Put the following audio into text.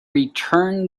returned